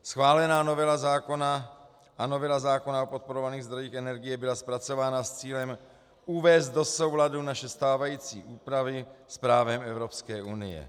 Schválená novela zákona a novela zákona o podporovaných zdrojích energie byla zpracována s cílem uvést do souladu naše stávající úpravy s právem Evropské unie.